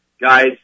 Guys